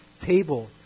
table